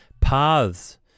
Paths